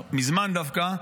מזמן דווקא,